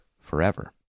forever